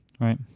right